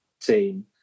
team